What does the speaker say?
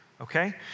Okay